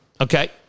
okay